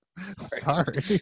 Sorry